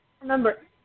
remember